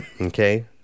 okay